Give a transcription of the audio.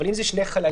אבל אם אלה שני חללים,